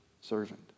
servant